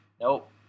Nope